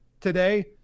today